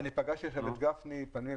אני פגשתי עכשיו את גפני פנים אל